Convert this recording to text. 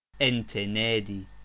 Entenedi